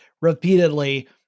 repeatedly